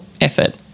effort